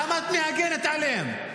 למה את מגינה עליהם?